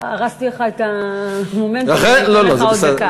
הרסתי לך את המומנטום, אז אני אתן לך עוד דקה.